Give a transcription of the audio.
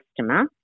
customer